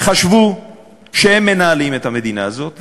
חשבו שהם מנהלים את המדינה הזאת,